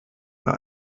bei